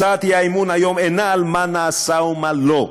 הצעת האי-אמון היום אינה על מה נעשה ומה לא,